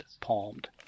palmed